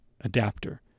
adapter